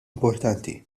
importanti